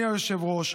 אדוני היושב-ראש,